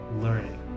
learning